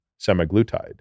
semaglutide